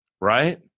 Right